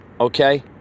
okay